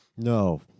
No